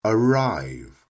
Arrive